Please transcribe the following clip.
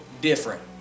different